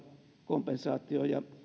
kompensaatio ja